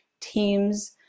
teams